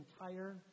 entire